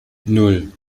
nan